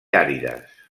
àrides